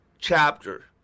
chapter